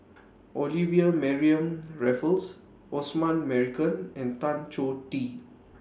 Olivia Mariamne Raffles Osman Merican and Tan Choh Tee